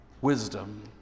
Wisdom